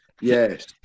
Yes